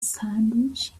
sandwich